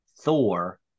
Thor